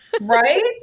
Right